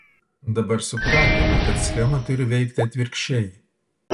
dabar supratome kad schema turi veikti atvirkščiai